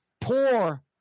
poor